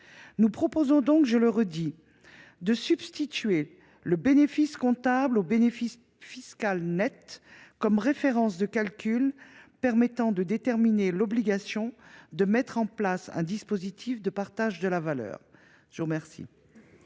Nous proposons donc, je le redis, de substituer le bénéfice comptable au bénéfice net fiscal comme référence de calcul permettant de déterminer le déclenchement de l’obligation de mettre en place un dispositif de partage de la valeur. Quel